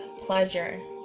pleasure